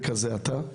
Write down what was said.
וכזה אתה.